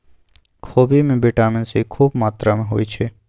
खोबि में vitamin C खूब मत्रा होइ छइ